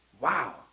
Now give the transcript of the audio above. Wow